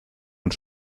und